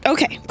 Okay